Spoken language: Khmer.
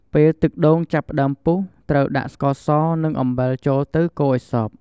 ពេលទឹកដូងចាប់ផ្ដើមពុះ ត្រូវដាក់ ស្ករស និង អំបិល ចូលទៅកូរឱ្យសព្វ។